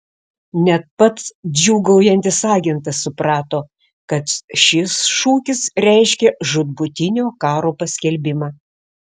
net pats džiūgaujantis agentas suprato kad šis šūkis reiškia žūtbūtinio karo paskelbimą